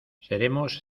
seremos